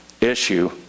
issue